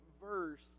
verse